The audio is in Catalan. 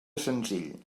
senzill